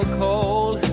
cold